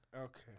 Okay